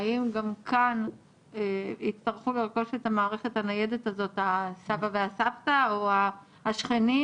האם גם כאן יצטרכו לרכוש את המערכת הניידת הזאת הסבא והסבתא או השכנים?